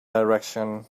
direction